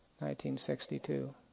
1962